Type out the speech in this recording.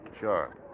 Sure